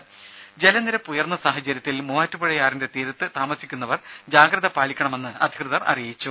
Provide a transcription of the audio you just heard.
ദേദ ജലനിരപ്പ് ഉയർന്ന സാഹചര്യത്തിൽ മൂവാറ്റുപുഴയാറിന്റെ തീരത്ത് താമസിക്കുന്നവർ ജാഗ്രത പാലിക്കണമെന്ന് അധികൃതർ അറിയിച്ചു